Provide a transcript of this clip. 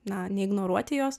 na neignoruoti jos